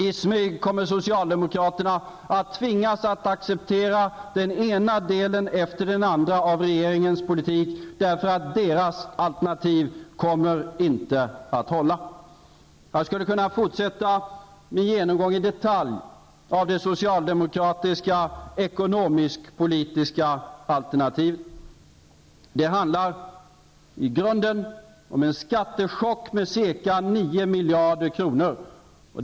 I smyg kommer socialdemokraterna att tvingas att acceptera den ena delen efter den andra av regeringens politik, därför att deras alternativ inte kommer att hålla. Jag skulle kunna fortsätta min genomgång i detalj av det socialdemokratiska ekonomisk-politiska alternativet. Det handlar i grunden om en skattechock om ca 9 miljarder kronor.